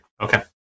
okay